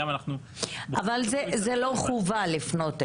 אבל זה לא חובה לפנות אליכם.